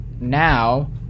now